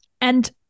And-